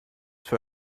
für